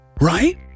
right